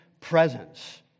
presence